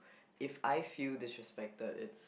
if I feel disrespected it's